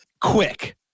quick